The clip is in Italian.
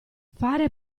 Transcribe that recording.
fare